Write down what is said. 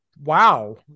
Wow